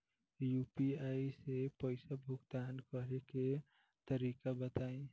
UPI से पईसा भुगतान करे के तरीका बताई?